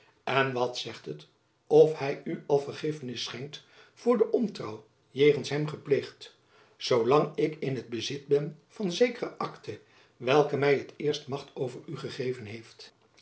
en wat zegt het of hy u al vergiffenis schenkt voor de ontrouw jegens hem gepleegd zoo lang ik in het bezit ben van zekere akte welke my het eerst macht over u gegeven heeft